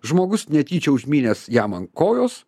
žmogus netyčia užmynęs jam ant kojos